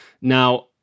Now